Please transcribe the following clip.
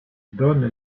donne